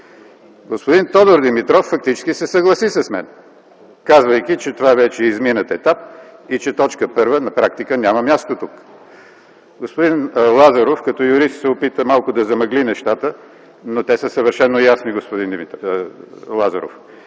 Господин Тодор Димитров фактически се съгласи с мен, казвайки, че това вече е изминат етап и че т. 1 на практика няма място тук. Господин Лазаров като юрист се опита малко да замъгли нещата, но те са съвършено ясни. Точка 1 от